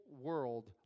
world